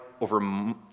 Over